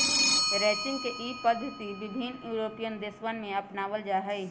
ranching के ई पद्धति विभिन्न यूरोपीयन देशवन में अपनावल जाहई